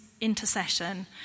intercession